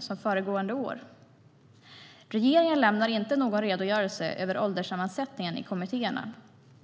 som föregående år. Regeringen lämnar inte någon redogörelse över ålderssammansättningen i kommittéerna.